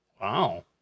Wow